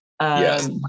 Yes